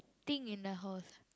thing in the house